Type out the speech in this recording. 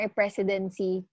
presidency